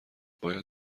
باید